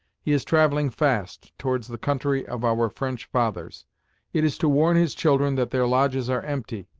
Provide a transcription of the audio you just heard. he is travelling fast towards the country of our french fathers it is to warn his children that their lodges are empty,